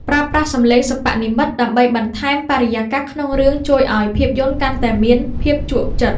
ប្រើប្រាស់សំឡេងសិប្បនិម្មិត ដើម្បីបន្ថែមបរិយាកាសក្នុងរឿងជួយឱ្យភាពយន្តកាន់តែមានភាពជក់ចិត្ត។